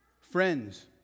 friends